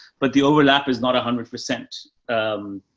but the overlap is not a hundred percent. um,